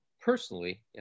personally